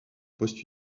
poste